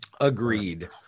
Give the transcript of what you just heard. Agreed